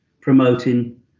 promoting